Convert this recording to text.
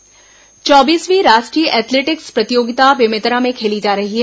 athletics प्रतियोगिता चौबीसवीं राष्ट्रीय एथलेटिक्स प्रतियोगिता बेमेतरा में खेली जा रही है